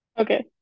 Okay